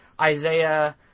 Isaiah